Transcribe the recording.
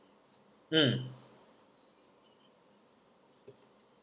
mm